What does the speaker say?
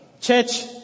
Church